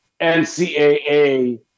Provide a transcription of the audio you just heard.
NCAA